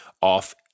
off